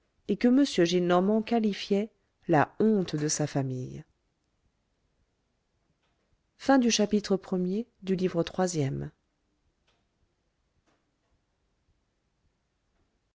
et que m gillenormand qualifiait la honte de sa famille